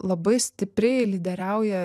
labai stipriai lyderiauja